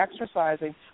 exercising